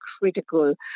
critical